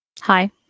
Hi